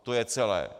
To je celé.